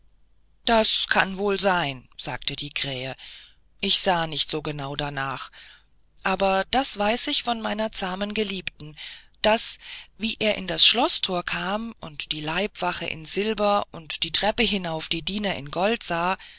das kann wohl sein sagte die krähe ich sah nicht so genau danach aber das weiß ich von meiner zahmen geliebten daß wie er in das schloßthor kam und die leibwache in silber und die treppe hinauf die diener in gold sah